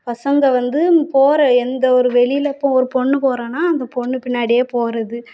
பசங்கள் வந்து போகிற எந்த ஒரு வெளியில் இப்போ ஒரு பொண்ணு போகிறானா அந்த பொண்ணு பின்னாடியே போகிறது